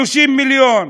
30 מיליון,